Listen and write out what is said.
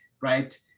right